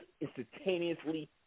instantaneously